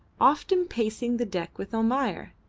often pacing the deck with almayer,